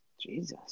Jesus